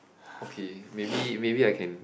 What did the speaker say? okay maybe maybe I can